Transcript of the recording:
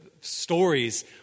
stories